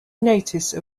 notice